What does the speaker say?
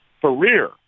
career